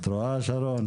את רואה שרון?